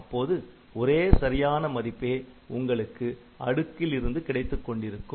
அப்போது ஒரே சரியான மதிப்பே உங்களுக்கு அடுக்கில் இருந்து கிடைத்துக் கொண்டிருக்கும்